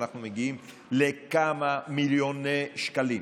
אנחנו מגיעים לכמה מיליוני שקלים.